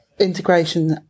integration